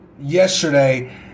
yesterday